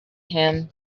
him